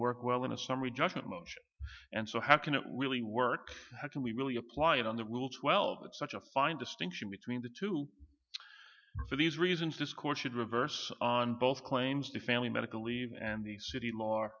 work well in a summary judgment motion and so how can it really work how can we really apply it on the rules well that's such a fine distinction between the two for these reasons this court should reverse on both claims to family medical leave and the city law